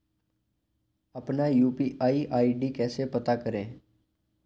अपना UPI ID कैसे पता करें?